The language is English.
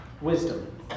wisdom